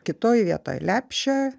kitoj vietoj lepše